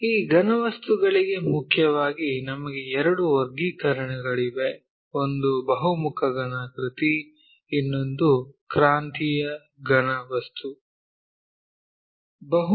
ಈ ಘನವಸ್ತುಗಳಿಗೆ ಮುಖ್ಯವಾಗಿ ನಮಗೆ ಎರಡು ವರ್ಗೀಕರಣಗಳಿವೆ ಒಂದು ಬಹುಮುಖ ಘನಾಕೃತಿ ಇನ್ನೊಂದು ಕ್ರಾಂತಿಯ ಘನವಸ್ತುಗಳು